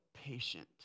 patient